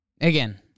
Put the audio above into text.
Again